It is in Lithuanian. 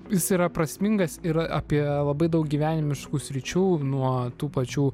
jis yra prasmingas ir apie labai daug gyvenimiškų sričių nuo tų pačių